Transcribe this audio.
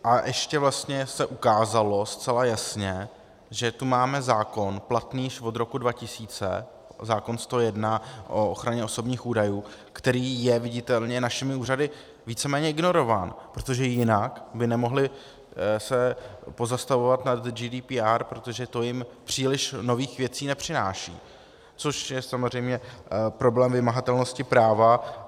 A ještě vlastně se zcela jasně ukázalo, že tu máme zákon platný již od roku 2000, zákon 101 o ochraně osobních údajů, který je viditelně našimi úřady víceméně ignorován, protože jinak by se nemohly pozastavovat nad GDPR, protože to jim příliš nových věcí nepřináší, což je samozřejmě problém vymahatelnosti práva.